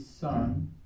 son